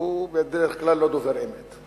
שהוא בדרך כלל לא דובר אמת.